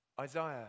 Isaiah